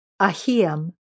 Ahiam